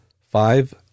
five